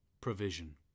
Provision